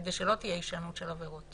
כדי שלא תהיה הישנות של עבירות.